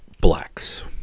Blacks